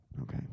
Okay